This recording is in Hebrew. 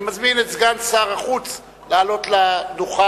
אני מזמין את סגן שר החוץ לעלות לדוכן